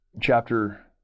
chapter